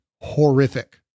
horrific